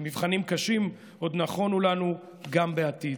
ומבחנים קשים עוד נכונו לנו גם בעתיד.